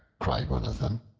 cried one of them,